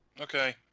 Okay